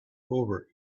over